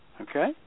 Okay